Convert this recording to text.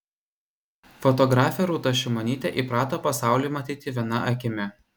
fotografė rūta šimonytė įprato pasaulį matyti viena akimi